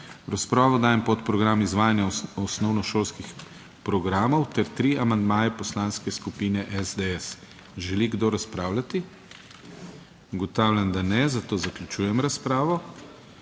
razpravo dajem podprogram Izvajanje osnovnošolskih programov ter tri amandmaje Poslanske skupine SDS. Želi kdo razpravljati? (Ne.) Ugotavljam, da ne, zato zaključujem razpravo.